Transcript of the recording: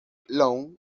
lawn